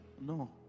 No